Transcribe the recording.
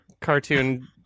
cartoon